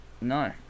no